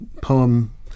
poem